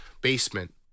basement